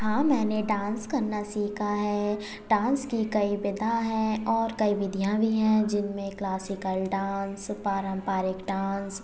हाँ मैंने डान्स करना सीखा है डान्स की कई विधा है और कई विधियाँ भी हैं जिनमें क्लासिकल डान्स पारम्परिक डान्स